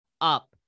up